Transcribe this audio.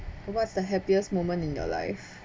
what's the happiest moment in your life